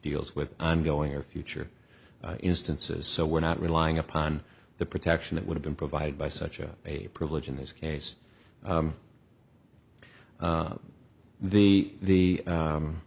deals with ongoing or future instances so we're not relying upon the protection that would have been provided by such as a privilege in this case the the